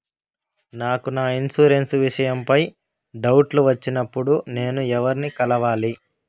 నాకు నా ఇన్సూరెన్సు విషయం పై డౌట్లు వచ్చినప్పుడు నేను ఎవర్ని కలవాలి?